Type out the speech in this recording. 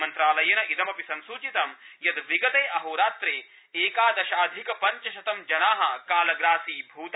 मन्त्रालयेन इदमपि संसूचितम् यत् विगते अहोरात्रे एकादशाधिक पंचशतं जना कालग्रासीभूता